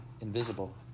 invisible